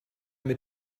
mit